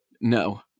No